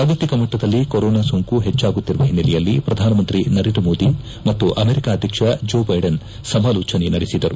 ಜಾಗತಿಕ ಮಟ್ಟದಲ್ಲಿ ಕೊರೊನಾ ಸೋಂಕು ಹೆಚ್ಚಾಗುತ್ತಿರುವ ಹಿನ್ನೆಲೆಯಲ್ಲಿ ಪ್ರಧಾನಮಂತ್ರಿ ನರೇಂದ್ರ ಮೋದಿ ಮತ್ತು ಅಮೆರಿಕ ಅಧ್ಯಕ್ಷ ಜೋ ಜೈಡೆನ್ ಸಮಾಲೋಚನೆ ನಡೆಸಿದರು